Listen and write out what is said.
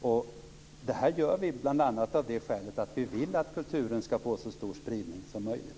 Det här gör vi bl.a. av det skälet att vi vill att kulturen skall få så stor spridning som möjligt.